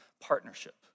partnership